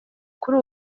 kuri